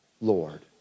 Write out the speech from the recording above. Lord